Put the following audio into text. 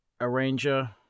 arranger